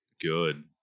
good